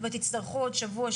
ותצטרכו עוד שבוע,